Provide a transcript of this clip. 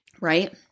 Right